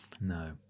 No